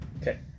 Okay